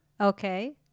okay